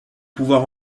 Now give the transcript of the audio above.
pouvoir